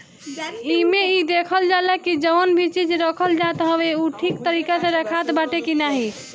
एमे इ देखल जाला की जवन भी चीज रखल जात हवे उ ठीक तरीका से रखात बाटे की नाही